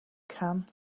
can